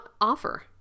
offer